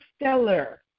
stellar